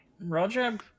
Roger